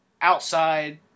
outside